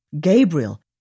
Gabriel